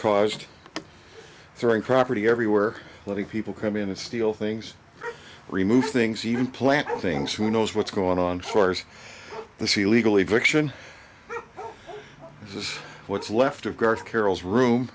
caused throwing property everywhere letting people come in and steal things remove things even plant things who knows what's going on floors and she legally fiction this is what's left of garth carroll's room